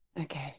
Okay